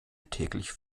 täglich